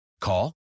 Call